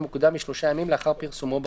מוקדם משלושה ימים לאחר פרסומו ברשומות.